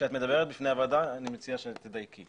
כשאת מדברת בפני הוועדה אני מציע שתדייקי.